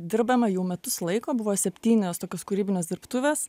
dirbame jau metus laiko buvo septynios tokios kūrybinės dirbtuvės